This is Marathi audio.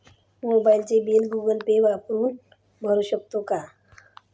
मोबाइलचे बिल गूगल पे वापरून भरू शकतो का?